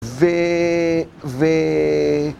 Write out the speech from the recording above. ו... ו...